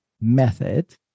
method